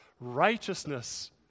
righteousness